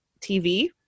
TV